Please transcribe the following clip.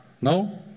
No